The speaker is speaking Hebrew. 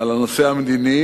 הנושא המדיני,